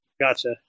Gotcha